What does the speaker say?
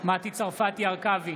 מטי צרפתי הרכבי,